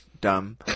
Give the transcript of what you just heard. dumb